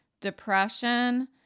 depression